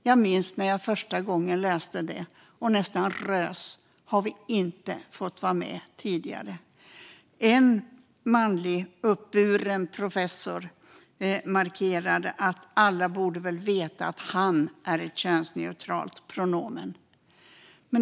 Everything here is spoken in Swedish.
Jag minns när jag första gången läste detta och nästan rös över att vi inte fått vara med tidigare. En manlig uppburen professor markerade att alla borde veta att "han" är ett könsneutralt pronomen.